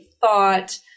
thought